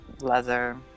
leather